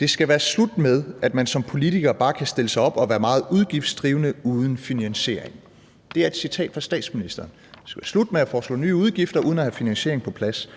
»Det skal være slut med, at man som politiker bare kan stille sig op og være meget udgiftsdrivende uden finansiering«. Det er et citat fra statsministeren. Slut med at foreslå nye udgifter uden at have finansieringen på plads.